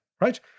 Right